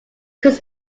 could